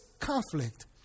conflict